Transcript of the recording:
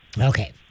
okay